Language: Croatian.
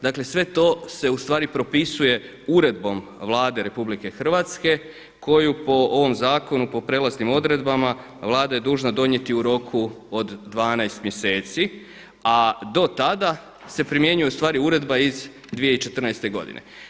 Dakle, sve to se u stvari propisuje uredbom Vlade RH koju po ovom zakonu po prijelaznim odredbama Vlada je dužna donijeti u roku od 12 mjeseci, a do tada se primjenjuje u stvari uredba iz 2014. godine.